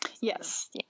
Yes